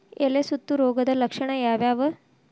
ಎಲೆ ಸುತ್ತು ರೋಗದ ಲಕ್ಷಣ ಯಾವ್ಯಾವ್?